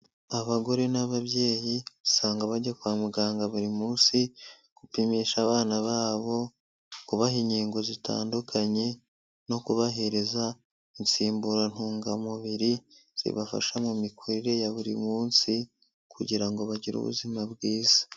Abagore n'ababyeyi usanga bajya kwa muganga buri munsi, gupimisha abana babo, kubaha inkingo zitandukanye no kubahereza insimburantungamubiri zibafasha mu mikurire ya buri munsi kugira ngo bagire ubuzima bwiza.